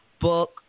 book